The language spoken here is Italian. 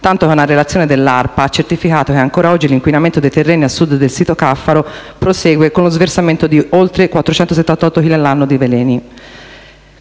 tanto che una relazione dell'ARPA ha certificato che ancora oggi l'inquinamento dei terreni a sud del sito Caffaro prosegue con lo sversamento di oltre 478 chili all'anno di veleni.